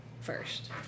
first